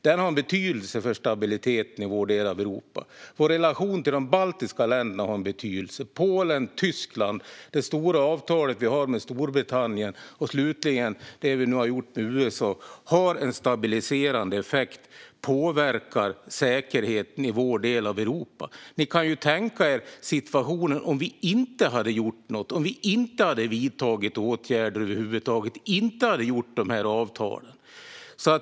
Den har betydelse för stabiliteten i vår del av Europa. Vår relation till de baltiska länderna har betydelse. Det gäller även Polen och Tyskland. Det stora avtal vi har med Storbritannien och, slutligen, det vi nu har gjort med USA har en stabiliserande effekt och påverkar säkerheten i vår del av Europa. Ni kan ju tänka er situationen om vi inte hade gjort något - om vi inte hade vidtagit åtgärder över huvud taget och inte slutit de här avtalen.